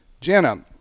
Jenna